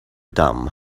dumb